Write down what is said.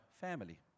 family